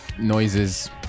noises